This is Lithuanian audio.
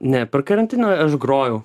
ne per karantiną aš grojau